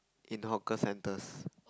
in hawker centres